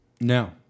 No